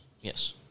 Yes